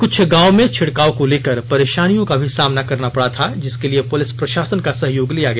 कुछ गांव में छिड़काव को लेकर परेशानियों का भी सामना करना पड़ा था जिसके लिए पुलिस प्रशासन का सहयोग लिया गया